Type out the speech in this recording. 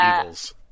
evils